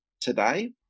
today